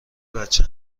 بچه